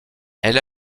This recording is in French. elle